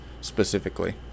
specifically